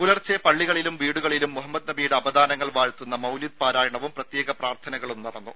പുലർച്ചെ പള്ളികളിലും വീടുകളിലും മുഹമ്മദ് നബിയുടെ അപദാനങ്ങൾ വാഴ്ത്തുന്ന മൌലിദ് പാരായണവും പ്രത്യേക പ്രാർഥനകളും നടന്നു